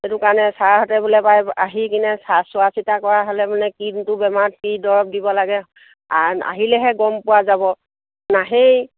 সেইটো কাৰণে ছাৰহঁতে বোলে এবাৰ আহি কিনে চা চোৱা চিতা কৰা হ'লে মানে কোনটো বেমাৰ কি দৰৱ দিব লাগে আহিলেহে গম পোৱা যাব নাহেই